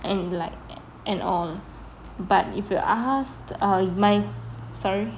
and like and all but if you are asked